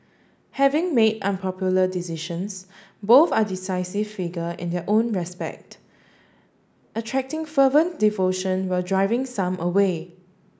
having made unpopular decisions both are divisive figure in their own respect attracting fervent devotion while driving some away